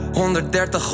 130